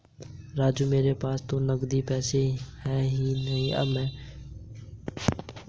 राजू मेरे पास तो नगदी पैसे है ही नहीं अब मैं क्या करूं